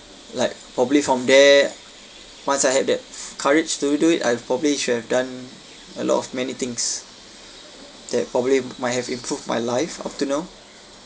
like probably from there once I had that courage to do it I probably should have done a lot of many things that probably might have improved my life up to now